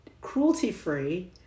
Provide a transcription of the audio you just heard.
cruelty-free